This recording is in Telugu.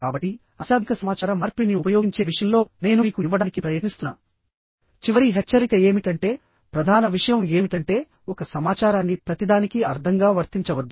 కాబట్టి అశాబ్దిక సమాచార మార్పిడిని ఉపయోగించే విషయంలో నేను మీకు ఇవ్వడానికి ప్రయత్నిస్తున్న చివరి హెచ్చరిక ఏమిటంటే ప్రధాన విషయం ఏమిటంటే ఒక సమాచారాన్ని ప్రతిదానికీ అర్థంగా వర్తించవద్దు